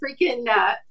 freaking